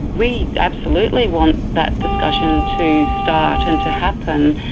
we absolutely want that discussion to start and to happen,